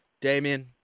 Damien